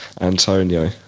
Antonio